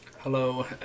Hello